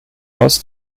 aus